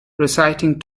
reciting